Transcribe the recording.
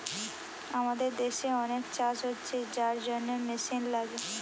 আমাদের দেশে অনেক চাষ হচ্ছে যার জন্যে মেশিন লাগে